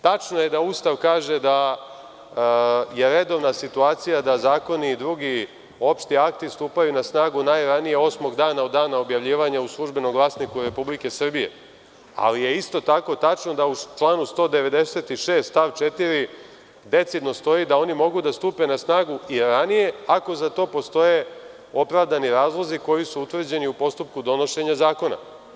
Tačno je da Ustav kaže da je redovna situacija da zakoni i drugi opšti akti stupaju na snagu najranije osmog dana od dana objavljivanja u „Službenom glasniku Republike Srbije“, ali je isto tako tačno da u članu 196. stav 4. decidno stoji da oni mogu da stupe i ranije ako za to postoje opravdani razlozi koji su utvrđeni u postupku donošenja zakona.